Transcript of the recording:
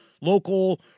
local